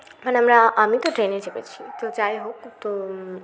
মানে আমরা আমি তো ট্রেনে চেপেছি তো যাইহোক তো